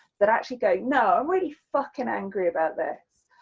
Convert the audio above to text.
that actually going no, i'm really fucking angry about this.